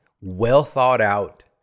well-thought-out